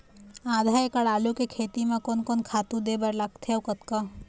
आधा एकड़ आलू के खेती म कोन कोन खातू दे बर लगथे अऊ कतका?